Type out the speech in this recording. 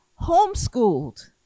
homeschooled